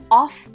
off